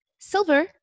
silver